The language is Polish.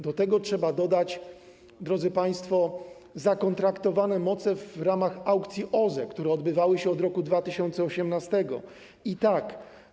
Do tego trzeba dodać, drodzy państwo, zakontraktowane moce w ramach aukcji OZE, które odbywały się od roku 2018.